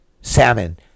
salmon